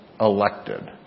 elected